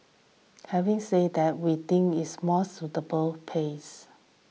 having said that we think is a more sustainable pace